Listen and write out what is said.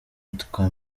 yitwa